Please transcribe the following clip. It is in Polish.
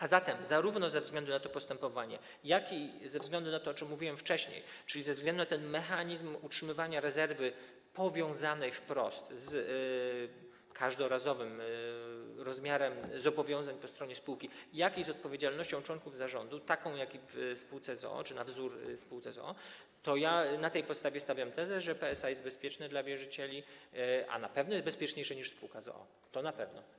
A zatem zarówno ze względu na to postępowanie, jak i ze względu na to, o czym mówiłem wcześniej, czyli ze względu na ten mechanizm utrzymywania rezerwy powiązanej wprost z każdorazowym rozmiarem zobowiązań po stronie spółki, jak i z odpowiedzialnością członków zarządu, taką jak w spółce z o.o. czy na wzór tej w spółce z o.o., na tej podstawie stawiam tezę, że PSA jest bezpieczne dla wierzycieli, a na pewno jest bezpieczniejsze niż spółka z o.o., to na pewno.